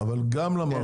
אבל השאלה היא --- כן,